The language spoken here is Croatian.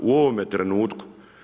U ovome trenutku.